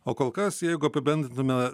o kol kas jeigu apibendrintumėme